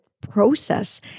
process